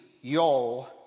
y'all